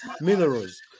minerals